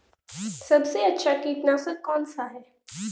सबसे अच्छा कीटनाशक कौनसा है?